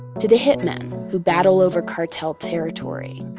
to the hit men who battle over cartel territory,